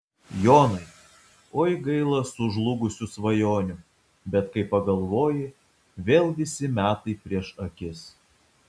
jonai oi gaila sužlugusių svajonių bet kai pagalvoji vėl visi metai prieš akis